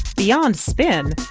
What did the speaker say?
beyond spin,